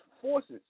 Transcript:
forces